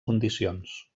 condicions